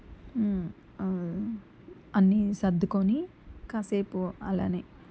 అన్నీ సర్దుకుని కాసేపు అలానే